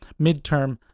midterm